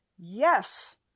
Yes